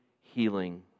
healing